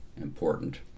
important